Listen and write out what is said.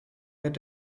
wird